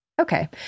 Okay